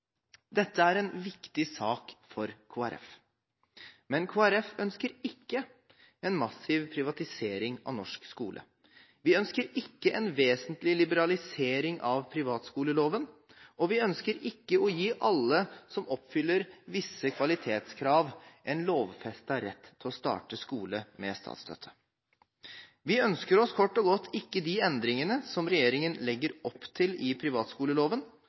Dette er en viktig sak for Kristelig Folkeparti. Men Kristelig Folkeparti ønsker ikke en massiv privatisering av norsk skole. Vi ønsker ikke en vesentlig liberalisering av privatskoleloven, og vi ønsker ikke å gi alle som oppfyller visse kvalitetskrav, en lovfestet rett til å starte skole med statsstøtte. Vi ønsker oss kort og godt ikke de endringene som regjeringen legger opp til i privatskoleloven,